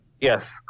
Yes